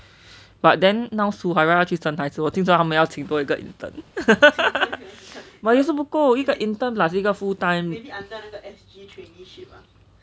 but then now shuhairah 要去生孩子我听说他们还要请多一个 intern but 也是不够一个 intern plus 一个 full time